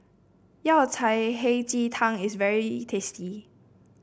Yao Cai Hei Ji Tang is very tasty